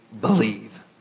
believe